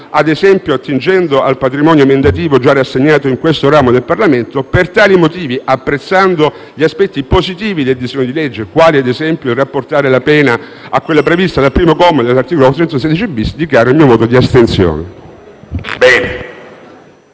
ad esempio attingendo al patrimonio emendativo già rassegnato in questo ramo del Parlamento. Per tali motivi, apprezzando gli aspetti positivi del disegno di legge, quali, ad esempio, rapportare la pena a quella prevista dal primo comma dell'articolo 416*-bis*, dichiaro il mio voto di astensione.